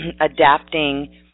adapting